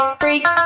Freak